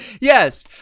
yes